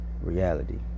reality